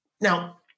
now